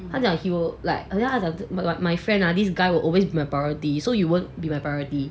他讲 he will like ya but like my friend ah this guy will always majority so you won't be my priority